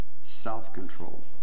Self-control